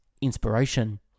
inspiration